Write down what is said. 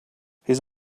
his